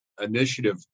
initiative